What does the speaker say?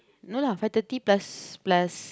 no lah five thirty plus plus